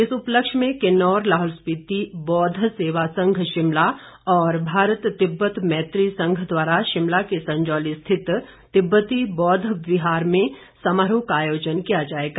इस उपलक्ष्य में किन्नौर लाहौल स्पिति बौद्ध सेवा संघ शिमला और भारत तिब्बत मैत्री संघ द्वारा शिमला के संजौली स्थित तिब्बती बौद्ध विहार में समारोह का आयोजन किया जाएगा